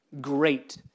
Great